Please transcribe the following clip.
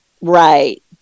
Right